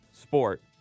sport